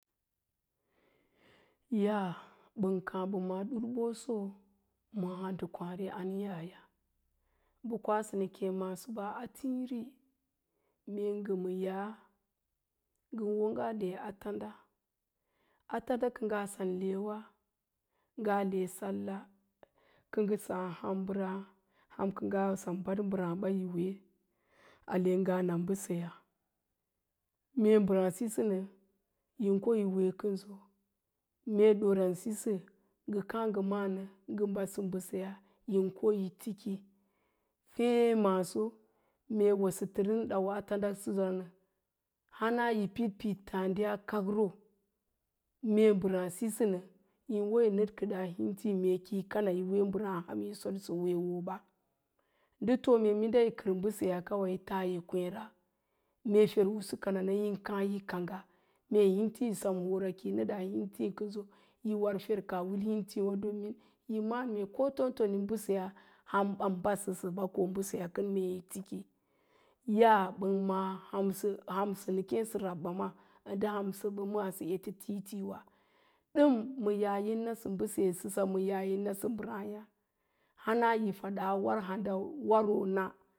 Ya'a ɓan káá mbə ma'á ɗurɓosn ma andəkwááew ya'aya, bə kwasə nə kéé masoɓa, a tiiri me ngə ma ya'a, kə ngaa le a tanda tanda kə ngaa sa lera, ngá le salla, kə ng sáá ham mbərás, ham kə ngaa sa bad mbərááɓa yi wee ate ngaa na mbəseyaa mee mbəráá sisə nə, yin ko yi wee kənso mee ɗoora sisi ngə káá ngə máá nə ngən yabsə mbəse yaa yin yi tiki, féé maaso, me wosə tərən dau a tandərsəra nə hana yi piɗ-piɗ a kakro mee mbəráá sisə nə yin wo, wo yi nəd a intii me ki yi kana ko yi wee mbəráá a ham yi solsə weewoba, ndə too mee, minda yi kər mbəseyaa kaba yi taa yi kwééra, mee fer'usu kanan, yin kááyi kangga, mee intii sem hora, kəi nəd a intii kənso, yi war fer kaa wil intiiwa yi ma'án ko a tomtomni, ham ban badsə sə mbə seyaaɓa, ko maɓseyaa kən me yi aku. Ya'a mbən ma'a, hamsə hamsə nə kéésə rabba mandə ham mbən ma'ásə ete titiwa ɗəm ma ya yi nasə mbəseyaa səsaba, ma ya yin nasə mbərááyá, hana yi fada waro na.